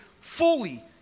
fully